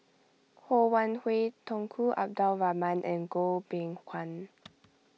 Ho Wan Hui Tunku Abdul Rahman and Goh Beng Kwan